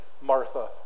Martha